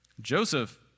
Joseph